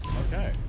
Okay